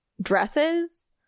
dresses